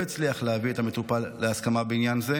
ומקבל ההחלטות הזמני לא הצליח להביא את המטופל להסכמה בעניין זה,